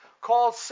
called